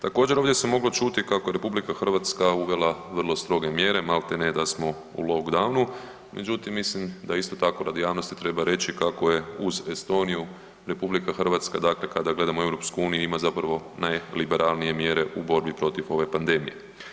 Također ovdje se moglo čuti kako je RH uvela vrlo stroge mjere, malti ne da smo u lockdownu, međutim mislim da isto tako radi javnosti treba reći kako je uz Estoniju, RH dakle kada gledamo EU, ima zapravo najliberalnije mjere u borbi protiv ove pandemije.